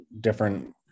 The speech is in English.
different